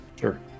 Sure